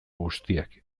guztiak